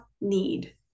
need